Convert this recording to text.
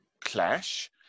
clash